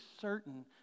certain